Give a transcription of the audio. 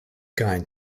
kind